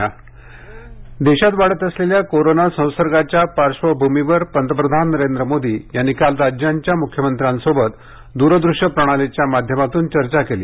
पंतप्रधान मुख्यमंत्री बैठक देशात वाढत असलेल्या कोरोना संसर्गाच्या पार्श्वभूमीवर पंतप्रधान नरेंद्र मोदी यांनी काल राज्यांच्या म्ख्यमंत्र्यांसोबत द्रदृश्य प्रणालीच्या माध्यमातून चर्चा केली